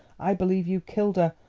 i believe you killed her.